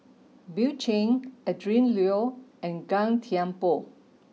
Bill Chen Adrin Loi and Gan Thiam Poh